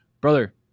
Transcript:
brother